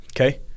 Okay